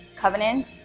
covenant